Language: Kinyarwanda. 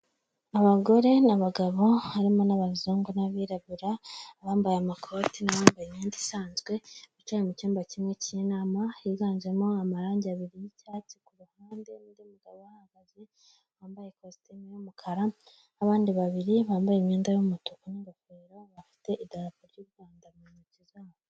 Abagore n'abagabo harimo n'abazungu n'abirabura, abambaye amakoti n'abambaye imyenda isanzwe, bicaye mu cyumba kimwe cy'inama, higanjemo amarangi abiri y'icyatsi ku ruhande n'undi mugabo uhagaze wambaye kositimu y'umukara n'abandi babiri bambaye imyenda y'umutuku n'ingofero bafite idarapa ry'u Rwanda mu ntoki zabo.